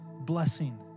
blessing